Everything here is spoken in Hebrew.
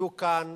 יהיו כאן